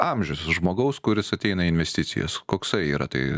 amžius žmogaus kuris ateina į investicijas koksai yra tai